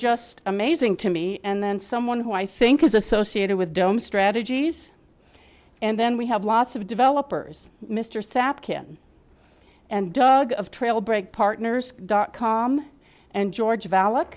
just amazing to me and then someone who i think is associated with dome strategies and then we have lots of developers mr sap kin and doug of trail break partners dot com and george valid